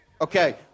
Okay